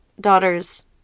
daughter's